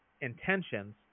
intentions